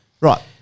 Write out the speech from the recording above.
Right